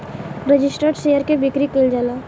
registered share के बिक्री कईल जाला